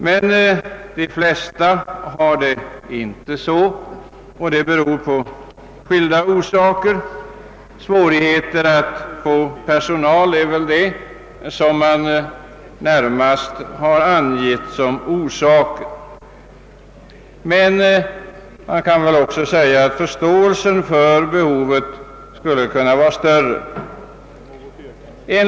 Men de flesta har det inte så ställt, vilket har skilda orsaker; främst har man angivit svårigheterna att få personal. Man kan också säga att förståelsen för behovet skulle kunna vara större.